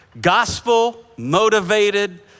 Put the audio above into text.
Gospel-motivated